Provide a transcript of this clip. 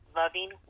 loving